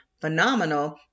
phenomenal